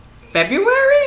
February